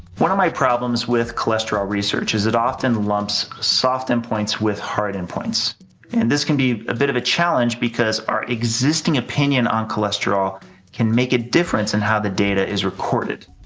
one of my problems with cholesterol research is it often lumps soft endpoints with hard endpoints and this can be a bit of a challenge because our existing opinion on cholesterol can make a difference in how the data is recorded.